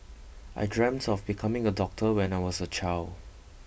I dreamt of becoming a doctor when I was a child